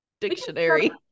Dictionary